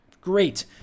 Great